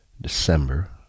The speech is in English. December